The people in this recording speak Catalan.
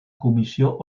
comissió